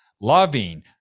loving